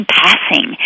passing